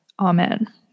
Amen